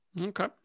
okay